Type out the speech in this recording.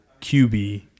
QB